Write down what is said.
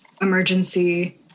emergency